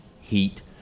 heat